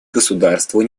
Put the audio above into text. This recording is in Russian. государству